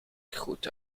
goed